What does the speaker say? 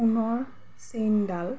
সোণৰ চেইনডাল